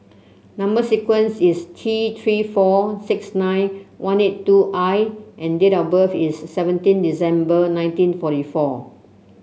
number sequence is T Three four six nine one eight two I and date of birth is seventeen December nineteen forty four